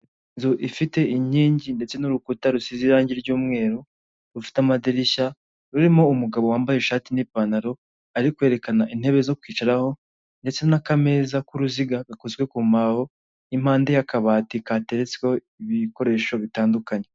Inzu ifite inkingi ndetse n'urukuta rusize irangi ry'umweru rufite amadirishya rurimo umugabo wambaye ishati n'pantaro ari kwerekana intebe zo kwicaraho ndetse n'akameza k'uruziga gakozwe kumaho n'impande y'akabati kateretseho ibikoresho bitandukanye.